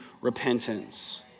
repentance